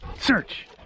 Search